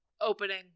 opening